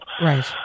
Right